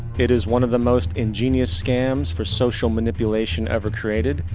it is one of the most ingenious scams for social manipulation ever created.